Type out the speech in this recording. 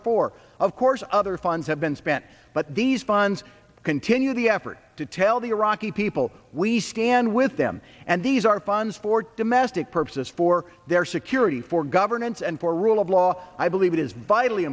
are for of course other funds have been spent but these funds continue the effort to tell the iraqi people we stand with them and these are funds for domestic purposes for their security for governance and for rule of law i believe it is vitally